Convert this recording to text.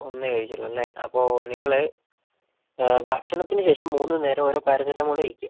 ഒന്നേ കഴിച്ചുള്ളൂ അല്ലേ അപ്പോൾ നിങ്ങൾ ഭക്ഷണത്തിന് ശേഷം മൂന്ന് നേരം ഓരോ പാരസെറ്റാമോൾ കഴിക്കുക